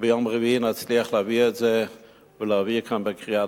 שביום רביעי נצליח להביא את זה ולהעביר כאן בקריאה